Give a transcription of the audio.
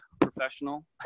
professional